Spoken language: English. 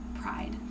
pride